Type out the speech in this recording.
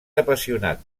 apassionat